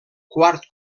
quart